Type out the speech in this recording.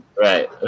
Right